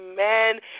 amen